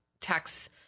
tax